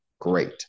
Great